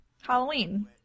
Halloween